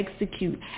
execute